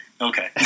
okay